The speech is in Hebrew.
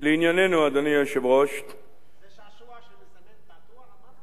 זה שעשוע שמזמן תעתוע?